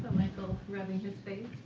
michael rubbing his face.